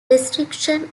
restriction